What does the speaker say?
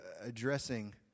addressing